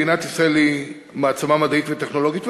מדינת ישראל היא מעצמה מדעית וטכנולוגית,